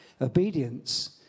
Obedience